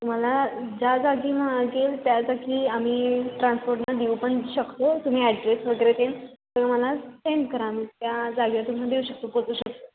तुम्हाला ज्या जागी मागेल त्या जागी आमी ट्रान्सपोर्ट न देऊ पण शकतो तुम्ही ॲड्रेस वगैरे तेन तुम्ही मला सेंड करा मग त्या जागेवर तुम्हाला देऊ शकतो पोचवू शकतो